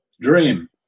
dream